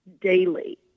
daily